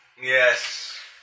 Yes